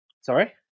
Sorry